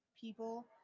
people